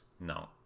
No